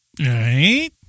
Right